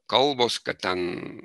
kalbos kad ten